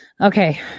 Okay